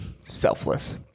selfless